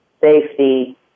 safety